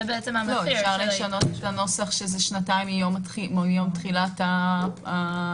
אפשר לשנות את הנוסח שזה שנתיים מיום תחילת העשייה.